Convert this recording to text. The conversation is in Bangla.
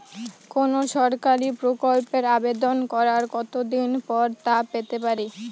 কোনো সরকারি প্রকল্পের আবেদন করার কত দিন পর তা পেতে পারি?